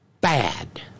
bad